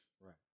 Right